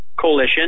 coalition